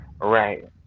Right